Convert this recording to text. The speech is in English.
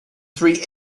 three